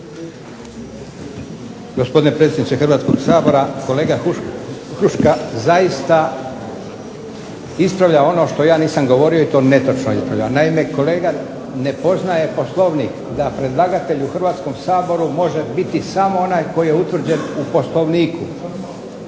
Hrvatskom saboru može biti samo onaj koji je utvrđen u Poslovniku.